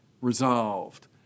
resolved